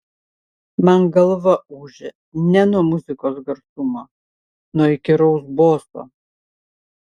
man galva ūžė ne nuo muzikos garsumo nuo įkyraus boso